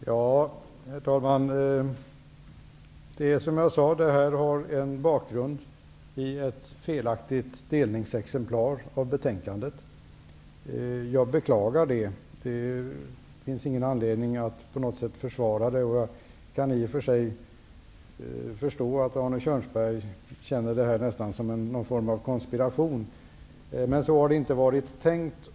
Herr talman! Som jag sade har detta en bakgrund i ett felaktigt delningsexemplar av betänkandet. Jag beklagar det. Det finns ingen anledning att på något sätt försvara det. Jag kan i och för sig förstå att Arne Kjörnsberg känner detta nästan som någon form av konspiration. Så har det inte varit tänkt.